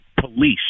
police